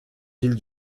ville